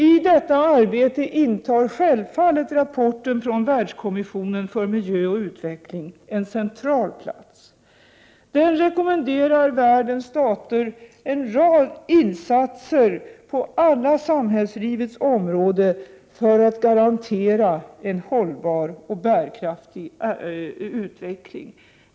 I detta arbete intar självfallet rapporten från Världskommissionen för miljö och utveckling en central plats. Den rekommenderar världens stater en rad insatser på alla samhällslivets områden för att därigenom garantera en hållbar och bärkraftig utveckling.